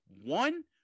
One